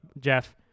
Jeff